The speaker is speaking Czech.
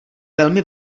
velmi